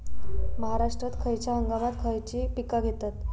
महाराष्ट्रात खयच्या हंगामांत खयची पीका घेतत?